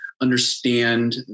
understand